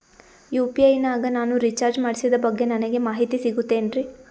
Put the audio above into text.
UPI ನಾಗ ನಾನು recharge ಮಾಡಿಸಿದ ಬಗ್ಗೆ ನನಗೆ ಮಾಹಿತಿ ಸಿಗುತೇನ್ರೀ?